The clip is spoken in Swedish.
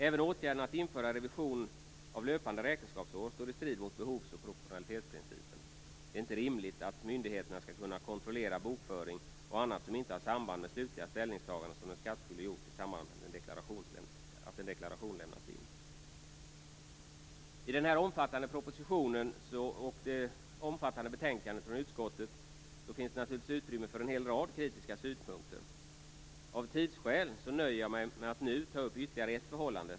Även åtgärden att införa revision av löpande räkenskapsår står i strid med behovs och proportionalitetsprincipen. Det är inte rimligt att myndigheterna skall kunna kontrollera bokföring och annat som inte har samband med de slutliga ställningstaganden som den skattskyldige har gjort i samband med att en deklaration har lämnats in. I denna omfattande proportion och det omfattande betänkandet från utskottet finns det naturligtvis utrymme för en rad kritiska synpunkter. Av tidsskäl nöjer jag mig med att nu ta upp ett ytterligare förhållande.